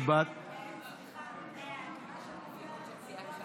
הצבעה על הצעת האי-אמון של ש"ס ויהדות